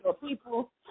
People